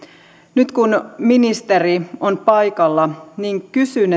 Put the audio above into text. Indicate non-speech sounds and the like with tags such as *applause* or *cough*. nyt kun ministeri on paikalla niin kysyn *unintelligible*